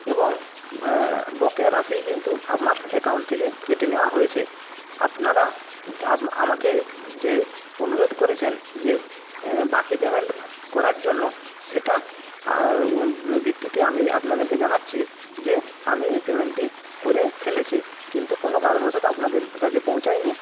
এবং বকেয়া রাশি কিন্তু আমার অ্যাকাউন্ট থেকে কেটে নেওয়া হয়েছে আপনারা আমাকে যে অনুরোধ করেছেন যে বাকি পেমেন্ট করার জন্য সেটার ভিত্তিতে আমি আপনাদেরকে জানাচ্ছি যে আমি এই পেমেন্টটি করে ফেলেছি কিন্তু কোনো কারণবশত আপনাদের কাছে পৌঁছায়নি